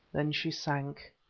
then she sank.